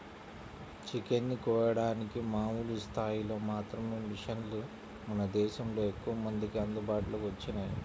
chicken ని కోయడానికి మామూలు స్థాయిలో మాత్రమే మిషన్లు మన దేశంలో ఎక్కువమందికి అందుబాటులోకి వచ్చినియ్యి